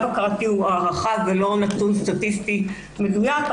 הכרתי הוא הערכה ולא נתון סטטיסטי מדויק,